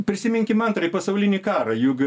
prisiminkim antrąjį pasaulinį karą juk